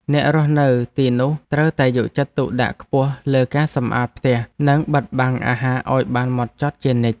អ្នករស់នៅទីនោះត្រូវតែយកចិត្តទុកដាក់ខ្ពស់លើការសម្អាតផ្ទះនិងបិទបាំងអាហារឱ្យបានហ្មត់ចត់ជានិច្ច។